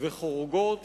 וחורגות